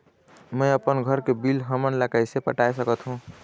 मैं अपन घर के बिल हमन ला कैसे पटाए सकत हो?